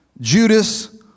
Judas